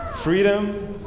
Freedom